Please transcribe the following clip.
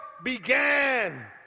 Began